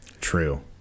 True